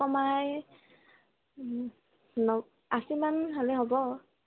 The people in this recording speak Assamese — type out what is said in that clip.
কমাই আশীমান হ'লে হ'ব